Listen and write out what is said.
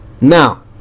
Now